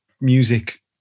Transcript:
music